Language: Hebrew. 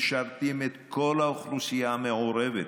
משרת את כל האוכלוסייה המעורבת,